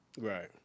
Right